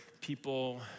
people